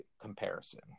comparison